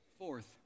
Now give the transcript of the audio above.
Fourth